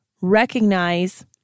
recognize